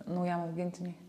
naujam augintiniui